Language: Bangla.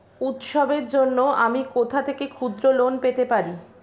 উৎসবের জন্য আমি কোথা থেকে ক্ষুদ্র লোন পেতে পারি?